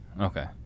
Okay